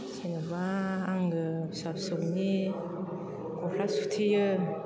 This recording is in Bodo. जेन'बा आङो फिसा फिसौनि गस्ला सुथेयो